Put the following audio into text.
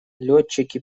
летчики